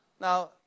Now